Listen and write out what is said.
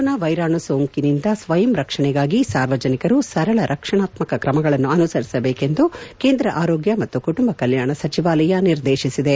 corona ವೈರಾಣು ಸೋಂಕಿನಿಂದ ಸ್ನಯಂ ರಕ್ಷಣೆಗಾಗಿ ಸಾರ್ವಜನಿಕರು ಸರಳ ರಕ್ಷಣಾತ್ತಕ ಕ್ರಮಗಳನ್ನು ಅನುಸರಿಸಬೇಕು ಎಂದು ಕೇಂದ್ರ ಆರೋಗ್ಲ ಮತ್ತು ಕುಟುಂಬ ಕಲ್ಲಾಣ ಸಚಿವಾಲಯ ನಿರ್ದೇತಿಸಿದೆ